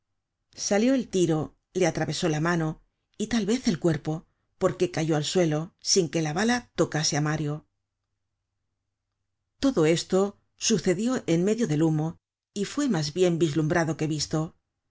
salió el tiro le atravesó la mano y tal vez el cuerpo porque cayó al suelo sin que la bala tocase á mario todo esto sucedió en medio del humo y fue mas bien vislumbrado que visto